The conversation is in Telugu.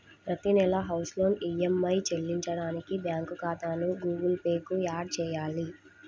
ప్రతి నెలా హౌస్ లోన్ ఈఎమ్మై చెల్లించడానికి బ్యాంకు ఖాతాను గుగుల్ పే కు యాడ్ చేయాలి